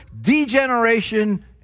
degeneration